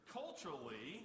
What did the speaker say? culturally